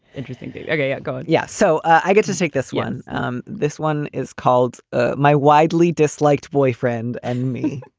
interesting. yeah okay. yeah good. yeah. so i get to take this one. um this one is called ah my widely disliked boyfriend. and me,